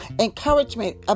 encouragement